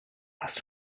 hast